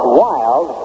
wild